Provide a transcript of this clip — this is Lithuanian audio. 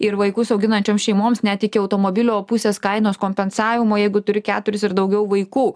ir vaikus auginančiom šeimoms net iki automobilio pusės kainos kompensavimo jeigu turi keturis ir daugiau vaikų